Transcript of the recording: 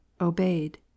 obeyed